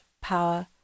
power